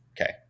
Okay